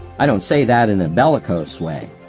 i don't say that in a bellicose way.